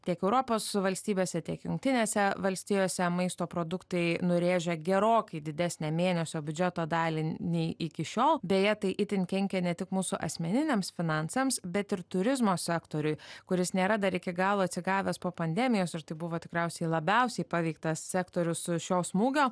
tiek europos valstybėse tiek jungtinėse valstijose maisto produktai nurėžia gerokai didesnę mėnesio biudžeto dalį nei iki šiol beje tai itin kenkia ne tik mūsų asmeniniams finansams bet ir turizmo sektoriui kuris nėra dar iki galo atsigavęs po pandemijos ir tai buvo tikriausiai labiausiai paveiktas sektorius šio smūgio